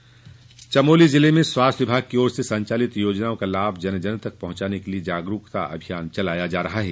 जन जागरुकता चमोली जिले में स्वास्थ्य विभाग की ओर से संचालित योजनाओं का लाभ जन जन तक पहुंचाने के लिये जागरुकता अभियान चलाया जा रहा है